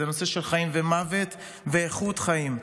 זה נושא של חיים ומוות ואיכות חיים.